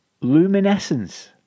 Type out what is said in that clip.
Luminescence